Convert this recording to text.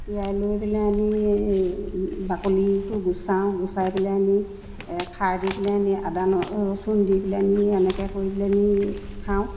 তিয়াই লৈ পেলাই আমি বাকলিটো গুচাওঁ গুচাই পেলাই আমি খাৰ দি পেলাই আমি আদা ন ৰচুন দি পেলাই আমি এনেকৈ কৰি পেলানি খাওঁ